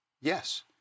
Yes